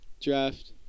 draft